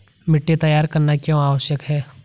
मिट्टी तैयार करना क्यों आवश्यक है?